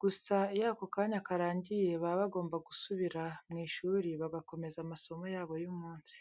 gusa iyo ako kanya karangiye baba bagomba gusubira mu ishuri bagakomeza amasomo yabo y'umunsi.